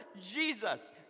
Jesus